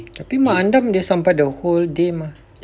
tapi mak andam sampai the whole day mah